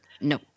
No